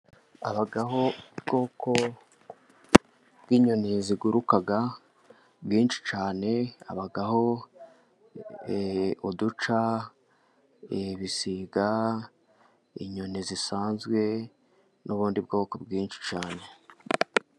Habaho ubwoko bw'inyoni ziguruka bwinshi cyane, habaho uduca, ibisiga, inyoni zisanzwe, n'ubundi bwoko bwinshi cyane.